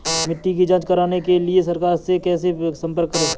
मिट्टी की जांच कराने के लिए सरकार से कैसे संपर्क करें?